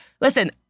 Listen